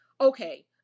Okay